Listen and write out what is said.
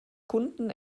kunden